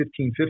1550